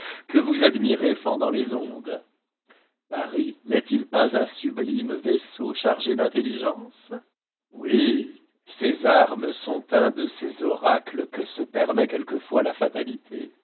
que vous admirez fendant les ondes paris n'est-il pas un sublime vaisseau chargé d'intelligence oui ses armes sont un de ces oracles que se permet quelquefois la fatalité